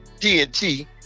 TNT